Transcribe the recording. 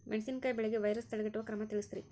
ಮೆಣಸಿನಕಾಯಿ ಬೆಳೆಗೆ ವೈರಸ್ ತಡೆಗಟ್ಟುವ ಕ್ರಮ ತಿಳಸ್ರಿ